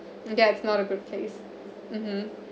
ya it's not a good place mmhmm